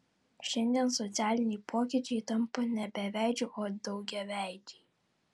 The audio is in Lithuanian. šiandien socialiniai pokyčiai tampa ne beveidžiai o daugiaveidžiai